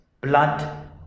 blood